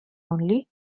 only